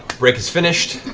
break is finished.